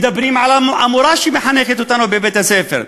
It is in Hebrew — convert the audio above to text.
מדברים על המורה שמחנכת אותנו בבית-הספר,